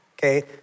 Okay